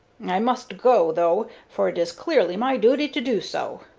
i must go, though, for it is clearly my duty to do so.